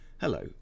Hello